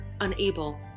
unable